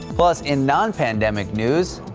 plus in on pandemic news.